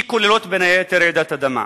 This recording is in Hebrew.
שכוללות בין היתר רעידת אדמה.